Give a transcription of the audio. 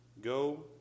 Go